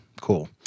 Cool